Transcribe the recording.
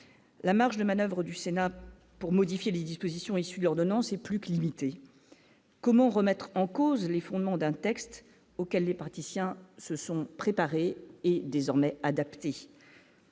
la marge de manoeuvre du Sénat pour modifier les dispositions issues ordonnance est plus que limitée, comment remettre en cause les fondements d'un texte auquel les praticiens se sont préparés et désormais adapter